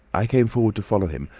i came forward to follow him,